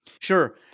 Sure